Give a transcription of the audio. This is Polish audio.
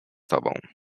tobą